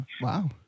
Wow